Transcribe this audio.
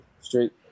straight